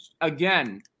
again